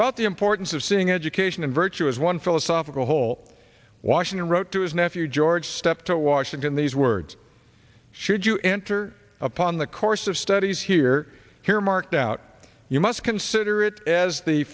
about the importance of seeing education and virtue as one philosophical whole washington wrote to his nephew george step to washington these words should you enter upon the course of studies here here marked out you must consider it as the